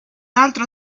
altro